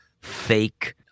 fake